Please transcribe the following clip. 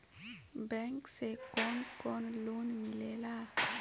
Bank से कौन कौन लोन मिलेला?